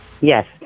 Yes